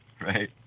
Right